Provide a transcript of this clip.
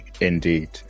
Indeed